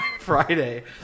Friday